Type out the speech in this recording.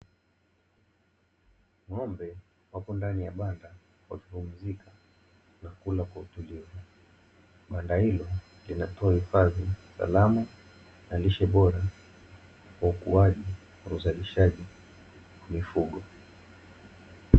Ng'ombe wapo ndani ya banda wakipumzika na kula kwa utulivu, banda hilo linatoa hifadhi salama na lishe bora kwa ukuaji na uzalishaji mifugo.